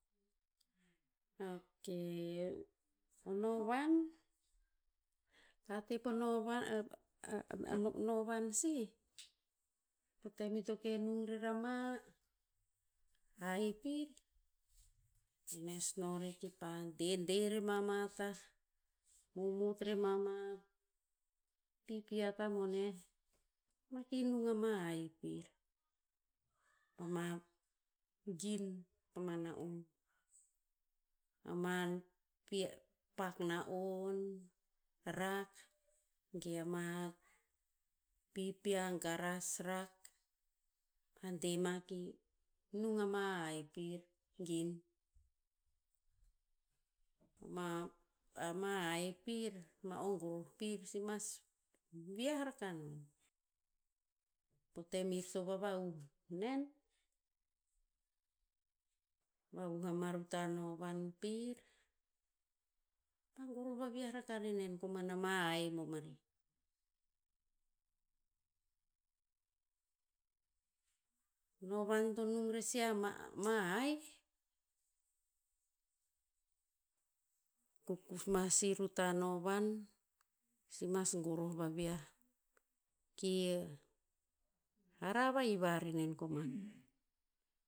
Ok, o novan, tate po novan a novan sih, po tem ir to ke nung re ama haih pir, to nes no rer kipa dede rema ma tah. Momot rema ma pipia tah boneh. Ma ki nung ama haih pir. Pama gin pama na'on. Ama pi pak na'on rak ge ama pipia garas rak pa de ma ki nung ama haih pir gin. Ma, ama haih pir, ma o goroh pir si mas vi'ah rakah non. Po tem ir to vavahuh nen, vauhuh ama ruta vovan pir, pa goroh vaviah raka re nen koman ama haih bamari. Novan to nung rer sih ma- ma haih, ma si ruta novan, si mas goroh va vi'ah. Ki hara va hiva renen koman.